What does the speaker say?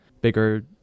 bigger